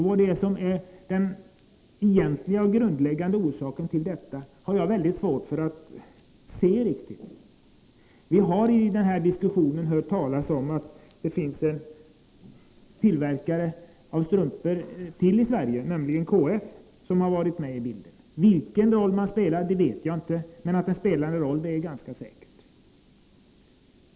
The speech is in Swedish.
Vad som är den egentliga och grundläggande orsaken till detta har jag mycket svårt att se. Vi har i denna diskussion hört talas om att det finns ytterligare en tillverkare av strumpor i Sverige, nämligen KF, som varit med i bilden. Vilken roll KF spelat vet jag inte, men att man spelat en roll är ganska säkert.